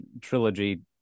trilogy